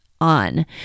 on